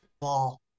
ball